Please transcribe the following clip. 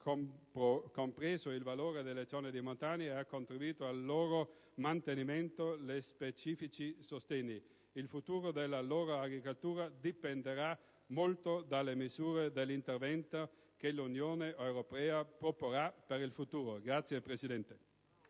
compreso il valore delle zone di montagna e ha contribuito al loro mantenimento con specifici sostegni. Il futuro della loro agricoltura dipenderà molto dalle misure di intervento che l'Unione europea proporrà in seguito. *(Applausi